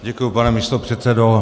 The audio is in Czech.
Děkuji, pane místopředsedo.